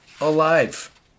alive